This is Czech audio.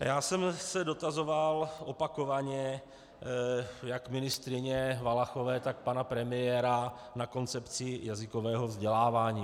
Já jsem se dotazoval opakovaně jak ministryně Valachové, tak pana premiéra na koncepci jazykového vzdělávání.